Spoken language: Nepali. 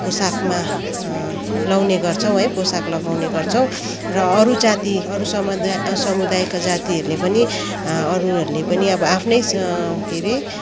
पोसाकमा लाउने गर्छौँ है पोसाक लगाउने गर्छौँ र अरू जाति अरू समुदा समुदायका जातिहरूले पनि अरूहरूले पनि अब आफ्नै स के रे